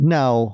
now